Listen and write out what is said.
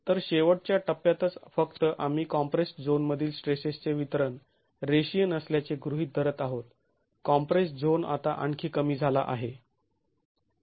तर शेवटच्या टप्प्यातच फक्त आम्ही कॉम्प्रेस्ड् झोन मधील स्ट्रेसेसचे वितरण रेषीय नसल्याचे गृहीत धरत आहोत कॉम्प्रेस्ड् झोन आता आणखी कमी झाला आहे